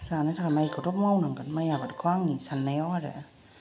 जानो थाखाय माइखौथ' मावनांगोन माइ आबादखौ आंनि साननायाव आरो